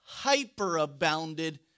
hyperabounded